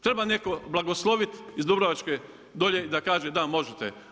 Treba netko blagosloviti iz dubrovačke dolje i da kaže da možete.